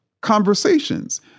conversations